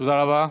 תודה רבה.